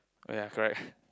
ya correct